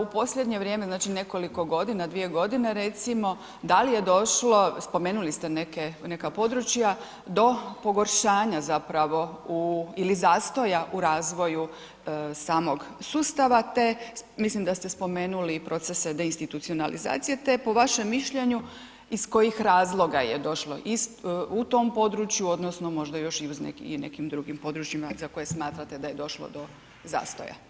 U posljednje vrijeme, znači nekoliko godina, 2 godine, recimo, da li je došlo, spomenuli ste neke, neka područja do pogoršanja zapravo u ili zastoja u razvoju samog sustava te mislim da ste spomenuli i procese deinstitucionalizacije te po vašem mišljenju iz kojih razloga je došlo u tom području, odnosno možda još i u nekim drugim područjima za koje smatrate da je došlo do zastoja?